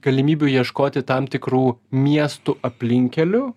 galimybių ieškoti tam tikrų miestų aplinkkelių